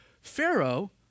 Pharaoh